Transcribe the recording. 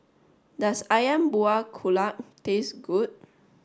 does Ayam Buah Keluak taste good